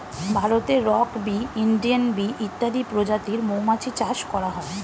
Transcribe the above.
ভারতে rock bee, Indian bee ইত্যাদি প্রজাতির মৌমাছি চাষ করা হয়